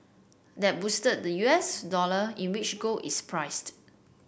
that boosted the U S dollar in which gold is priced